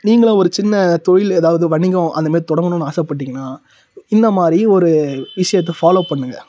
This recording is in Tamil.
நீங்களும் ஒரு சின்ன தொழில் எதாவது வணிகம் அந்த மாரி தொடங்கணுன்னு ஆசைப்பட்டீங்கன்னா இந்த மாதிரி ஒரு விஷியத்தை ஃபாலோ பண்ணுங்கள்